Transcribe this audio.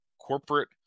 corporate